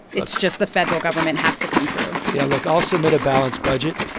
it's just the federal government has to come through yeah. look. i'll submit a balanced budget.